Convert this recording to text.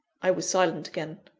i was silent again.